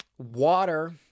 water